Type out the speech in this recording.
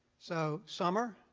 so, summer